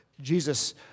Jesus